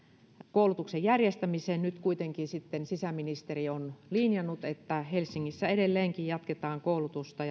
koulutuksen järjestämiseen nyt kuitenkin sitten sisäministeriö on linjannut että helsingissä edelleenkin jatketaan koulutusta